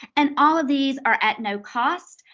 and all of these are at no cost.